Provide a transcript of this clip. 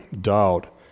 doubt